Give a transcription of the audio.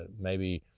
ah maybe